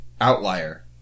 outlier